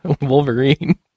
Wolverine